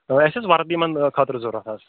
تَوِے اَسہِ حظ وردِی یِمَن خٲطرٕ ضوٚرَتھ حظ